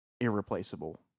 irreplaceable